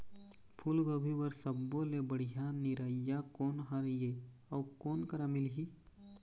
फूलगोभी बर सब्बो ले बढ़िया निरैया कोन हर ये अउ कोन करा मिलही?